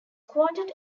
quoted